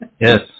Yes